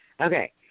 Okay